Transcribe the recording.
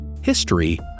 History